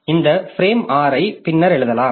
எனவே இந்த பிரேம் 6 ஐ பின்னர் எழுதலாம்